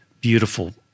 beautiful